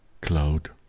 cloud